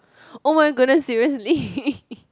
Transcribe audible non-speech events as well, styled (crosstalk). oh my goodness seriously (laughs)